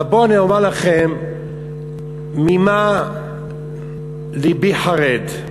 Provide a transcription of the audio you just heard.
אבל אני אומר לכם ממה לבי חרד.